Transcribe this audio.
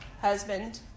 husband